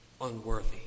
unworthy